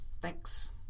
Thanks